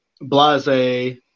Blase